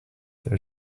there